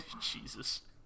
Jesus